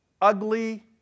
ugly